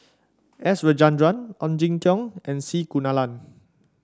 S Rajendran Ong Jin Teong and C Kunalan